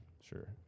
Sure